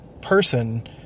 person